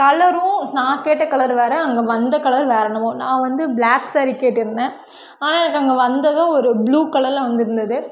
கலரும் நான் கேட்ட கலர் வேறு அங்கே வந்த கலர் வேறு என்னவோ நான் வந்து ப்ளாக் ஸேரீ கேட்டுருந்தேன் ஆனால் எனக்கு அங்கே வந்ததும் ஒரு ப்ளூ கலரில் வந்துருந்தது